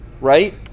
right